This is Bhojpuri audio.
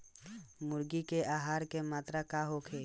मुर्गी के आहार के मात्रा का होखे?